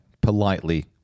politely